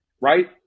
Right